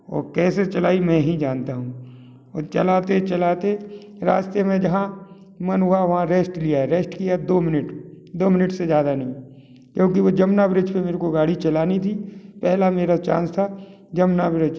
और कैसे चलाई मैं ही जानता हूँ और चलाते चलाते रास्ते में जहाँ मन हुआ वहाँ रेस्ट लिया रेस्ट किया दो मिनट दो मिनट से ज़्यादा नहीं क्योंकि वो जमुना ब्रिज पर मेरे को गाड़ी चलानी थी पहला मेरा चांस था जमुना ब्रिज